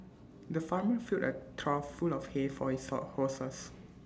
the farmer filled A trough full of hay for his horses